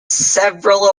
several